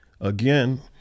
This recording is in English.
Again